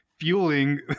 fueling